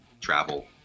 travel